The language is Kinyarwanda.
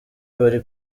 bari